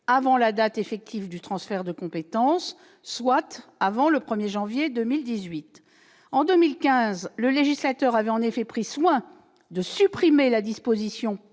avant la date effective du transfert de compétence, soit avant le 1 janvier 2018. En 2015, le législateur avait pris soin de supprimer la disposition